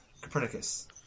Copernicus